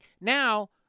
Now